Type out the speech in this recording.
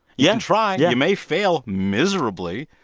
yeah try. you may fail miserably,